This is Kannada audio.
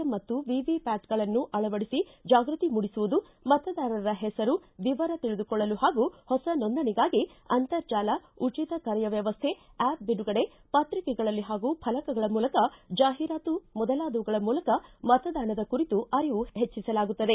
ಎಮ್ ಮತ್ತು ವಿವಿಪ್ಡಾಟ್ಗಳನ್ನು ಅಳವಡಿಸಿ ಜಾಗೃತಿ ಮೂಡಿಸುವುದು ಮತದಾರರ ಹೆಸರು ವಿವರ ತಿಳಿದುಕೊಳ್ಳಲು ಹಾಗೂ ಹೊಸ ನೋಂದಣಿಗಾಗಿ ಅಂತರ್ಜಾಲ ಉಚಿತ ಕರೆಯ ವ್ಯವಸ್ಥೆ ಆ್ಯಪ್ ಬಿಡುಗಡೆ ಪತ್ರಿಕೆಗಳಲ್ಲಿ ಹಾಗೂ ಫಲಕಗಳ ಮೂಲಕ ಜಾಹೀರಾತು ಮೊದಲಾದವುಗಳ ಮೂಲಕ ಮತದಾನದ ಕುರಿತು ಅರಿವು ಹೆಚ್ಚಸಲಾಗುತ್ತದೆ